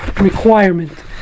requirement